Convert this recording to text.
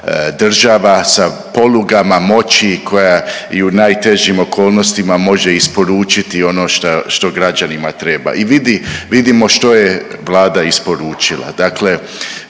država sa polugama moći koja i u najtežim okolnostima može isporučiti ono što građanima treba. I vidimo što je Vlada isporučila.